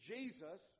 Jesus